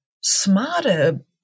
smarter